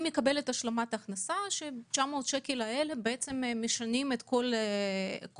היא מקבלת השלמת הכנסה שה-900 שקל האלה משנים את כל עולמה.